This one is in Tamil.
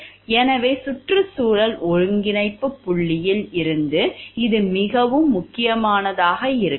எனவே சுற்றுச்சூழல் ஒருங்கிணைப்பு புள்ளியில் இருந்து இது மிகவும் முக்கியமானதாக இருக்கலாம்